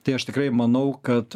tai aš tikrai manau kad